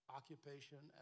occupation